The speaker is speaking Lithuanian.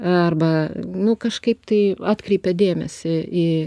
arba nu kažkaip tai atkreipia dėmesį į